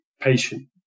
patient